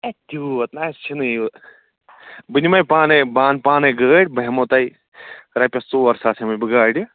ہے تیٛوٗت نا چھُنہٕ یہِ بہٕ نِمٕے پانٕے بہٕ اَنہٕ پانٕے گٲڑۍ بہٕ ہٮ۪مَو تۄہہِ رۄپیَس ژور ساس ہٮ۪مٕے بہٕ گاڑِ